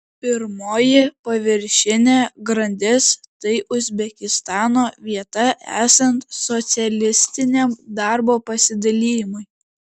pirmoji paviršinė grandis tai uzbekistano vieta esant socialistiniam darbo pasidalijimui